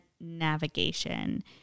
navigation